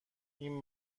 این